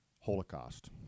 Holocaust